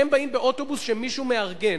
הם באים באוטובוס שמישהו מארגן.